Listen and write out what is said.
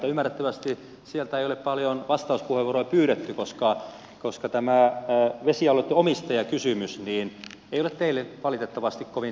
ymmärrettävästi sieltä ei ole paljon vastauspuheenvuoroja pyydetty koska tämä vesialueitten omistajakysymys ei ole teille valitettavasti kovin tärkeä